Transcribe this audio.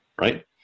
right